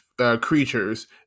creatures